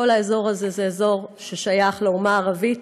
כל האזור הזה הוא אזור ששייך לאומה הערבית,